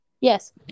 Yes